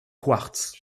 quartz